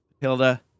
Hilda